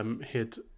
hit